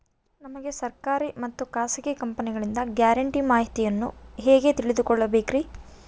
ನಮಗೆ ಸರ್ಕಾರಿ ಮತ್ತು ಖಾಸಗಿ ಕಂಪನಿಗಳಿಂದ ಗ್ಯಾರಂಟಿ ಮಾಹಿತಿಯನ್ನು ಹೆಂಗೆ ತಿಳಿದುಕೊಳ್ಳಬೇಕ್ರಿ?